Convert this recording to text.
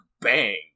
bang